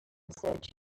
search